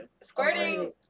Squirting